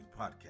podcast